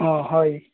অঁ হয়